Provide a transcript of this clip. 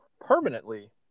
permanently